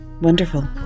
Wonderful